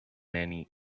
many